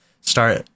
start